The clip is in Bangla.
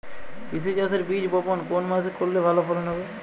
তিসি চাষের বীজ বপন কোন মাসে করলে ভালো ফলন হবে?